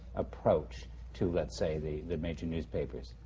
approach to, let's say, the the major newspapers,